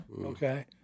okay